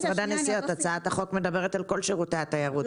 הצעת החוק מדברת על כל שירותי התיירות.